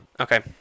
Okay